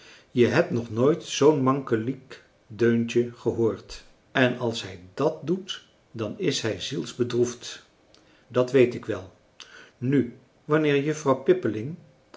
je hebt nog nooit zoo'n mankeliek deuntje gehoord en als hij dàt doet dan is hij zielsbedroefd dat weet ik wel nu wanneer juffrouw pippeling